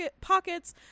pockets